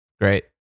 Great